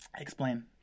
Explain